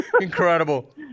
Incredible